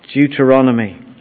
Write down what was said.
Deuteronomy